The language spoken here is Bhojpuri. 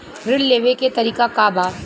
ऋण लेवे के तरीका का बा?